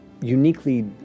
uniquely